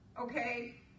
Okay